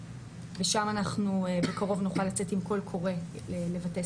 ושם אנחנו בקרוב נוכל לצאת עם קול קורא לגנים.